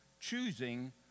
Choosing